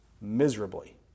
miserably